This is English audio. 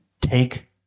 take